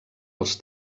els